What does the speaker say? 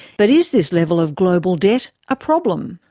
but is this level of global debt a problem?